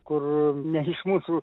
kur ne iš mūsų